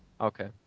Okay